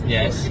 Yes